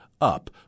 up